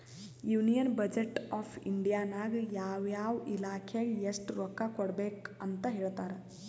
union budget of India ನಾಗ್ ಯಾವ ಯಾವ ಇಲಾಖೆಗ್ ಎಸ್ಟ್ ರೊಕ್ಕಾ ಕೊಡ್ಬೇಕ್ ಅಂತ್ ಹೇಳ್ತಾರ್